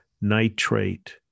nitrate